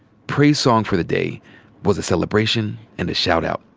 praise song for the day was a celebration and a shout out.